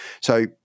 So-